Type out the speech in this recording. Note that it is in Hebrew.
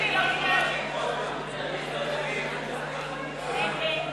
ההצעה להסיר מסדר-היום את הצעת חוק מס ערך מוסף (תיקון,